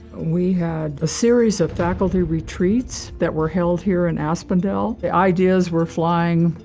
we had a series of faculty retreats that were held here in aspendell, the ideas were flying,